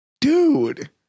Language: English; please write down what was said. dude